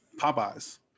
Popeyes